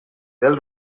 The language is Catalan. del